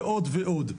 ועוד ועוד.